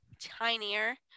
tinier